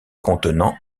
contenant